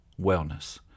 wellness